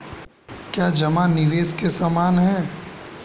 क्या जमा निवेश के समान है?